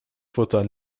futter